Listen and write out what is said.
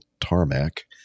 tarmac